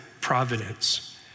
providence